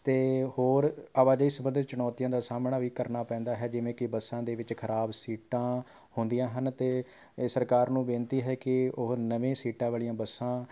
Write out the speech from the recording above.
ਅਤੇ ਹੋਰ ਆਵਾਜਾਈ ਸੰਬੰਧੀ ਚੁਣੌਤੀਆਂ ਦਾ ਸਾਹਮਣਾ ਵੀ ਕਰਨਾ ਪੈਂਦਾ ਹੈ ਜਿਵੇਂ ਕਿ ਬੱਸਾਂ ਦੇ ਵਿੱਚ ਖਰਾਬ ਸੀਟਾਂ ਹੁੰਦੀਆਂ ਹਨ ਅਤੇ ਸਰਕਾਰ ਨੂੰ ਬੇਨਤੀ ਹੈ ਕਿ ਉਹ ਨਵੀਂ ਸੀਟਾਂ ਵਾਲੀਆਂ ਬੱਸਾਂ